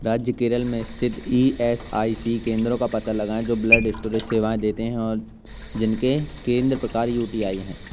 राज्य केरल में स्थित ई एस आई सी केंद्रों का पता लगाएँ जो ब्लड स्टोरेज सेवाएँ देते हैं और जिनके केंद्र प्रकार यू टी आई हैं